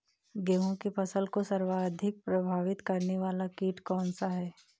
गेहूँ की फसल को सर्वाधिक प्रभावित करने वाला कीट कौनसा है?